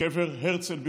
לקבר הרצל בירושלים.